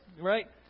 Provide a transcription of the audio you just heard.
right